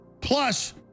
Plus